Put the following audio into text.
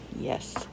Yes